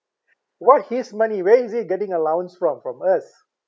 what his money where is he getting allowance from from us